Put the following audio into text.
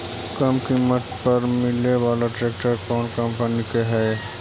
कम किमत पर मिले बाला ट्रैक्टर कौन कंपनी के है?